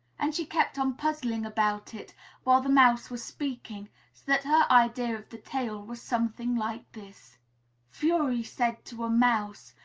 and she kept on puzzling about it while the mouse was speaking, so that her idea of the tale was something like this fury said to a mouse,